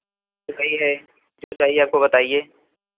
तोरइ है जो चाहिए आपको बताइए